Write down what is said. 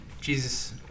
Jesus